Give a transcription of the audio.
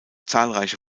zahlreiche